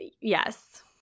yes